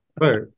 Right